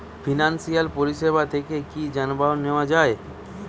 Financial পরিসেবা থেকে কি যানবাহন নেওয়া যায়?